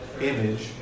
image